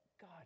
God